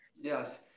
Yes